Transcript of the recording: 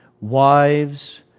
wives